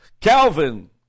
Calvin